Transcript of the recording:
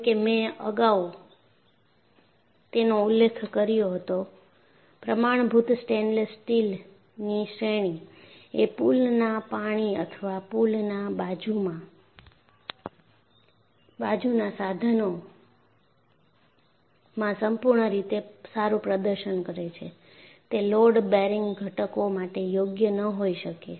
જેમ કે મેં અગાઉ તેનો ઉલ્લેખ કર્યો હતોપ્રમાણભૂત સ્ટેનલેસ સ્ટીલની શ્રેણી એ પૂલના પાણી અથવા પૂલના બાજુના સાધનોમાં સંપૂર્ણ રીતે સારું પ્રદર્શન કરે છે તે લોડ બેરિંગ ઘટકો માટે યોગ્ય ન હોઈ શકે